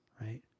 right